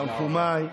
תנחומיי.